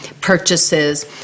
purchases